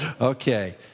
Okay